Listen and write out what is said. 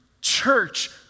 church